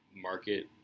market